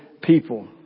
people